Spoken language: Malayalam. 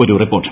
ഒരു റിപ്പോർട്ട്